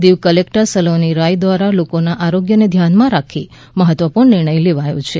Diu collector Saloni Rai દ્વારા લોકોના આરોગ્યને ધ્યાનમાં રાખી મહત્વપૂર્ણ નિર્ણય લેવાયો છે